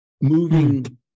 moving